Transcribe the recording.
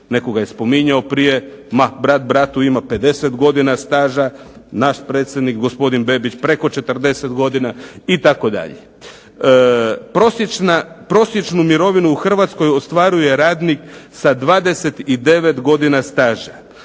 netko ga je spominjao prije, brat bratu ima 50 godina staža, naš predsjednik gospodin Bebić ima preko 40 godina itd. Prosječnu mirovinu u Hrvatskoj ostvaruje radnik sa 29 godina staža.